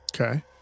Okay